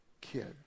kid